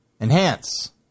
Enhance